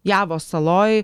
javos saloj